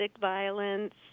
violence